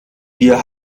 wir